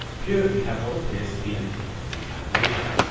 here we have what appears to be an infinite animation.